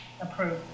Approved